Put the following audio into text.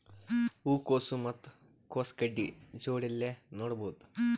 ಹೂ ಕೊಸು ಮತ್ ಕೊಸ ಗಡ್ಡಿ ಜೋಡಿಲ್ಲೆ ನೇಡಬಹ್ದ?